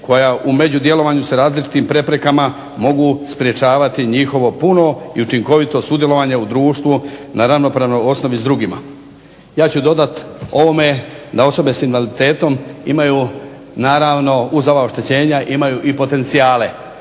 koja u među djelovanju sa različitim preprekama mogu sprečavati njihovo puno i učinkovito sudjelovanje u društvu na ravnopravnoj osnovi s drugima". Ja ću dodati ovome da osobe sa invaliditetom imaju naravno uz ova oštećenja imaju i potencijale